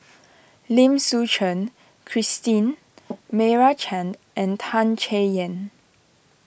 Lim Suchen Christine Meira Chand and Tan Chay Yan